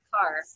car